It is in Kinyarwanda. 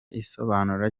igisobanuro